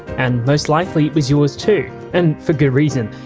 and most likely, it was yours too. and for good reason.